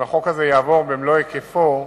אם החוק הזה יעבור במלוא היקפו,